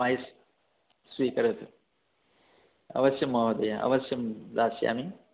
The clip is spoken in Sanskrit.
आय्स् स्वीकरोतु अवश्यं महोदय अवश्यं दास्यामि